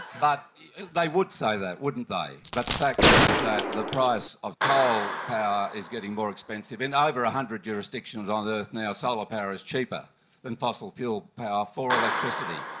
but they would say that, wouldn't they. but the fact is that the price of coal power is getting more expensive. in over one hundred jurisdictions on earth now, solar power is cheaper than fossil fuel power for electricity.